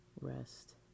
rest